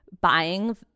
buying